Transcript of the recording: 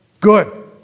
good